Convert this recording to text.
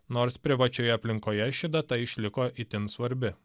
nors privačioje aplinkoje ši data išliko itin svarbi